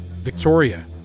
Victoria